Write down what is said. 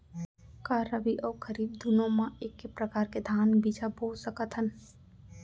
का रबि अऊ खरीफ दूनो मा एक्के प्रकार के धान बीजा बो सकत हन?